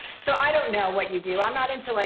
so, i don't know what you do. i'm not into, like